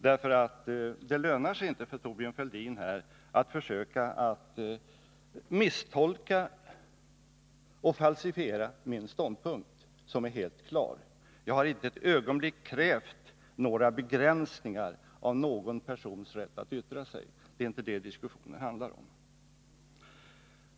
Det lönar sig inte för Thorbjörn Fälldin att försöka misstolka och falsifiera min ståndpunkt, som är helt klar. Jag har inte för ett ögonblick krävt några begränsningar av någon persons rätt att yttra sig. Det är inte det diskussionen handlar om.